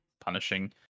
punishing